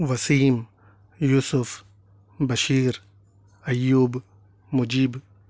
Wasim Yousuf Bashir Ayub Mujeeb